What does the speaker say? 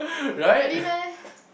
really meh